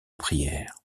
prière